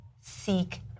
seek